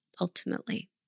ultimately